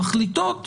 מחליטות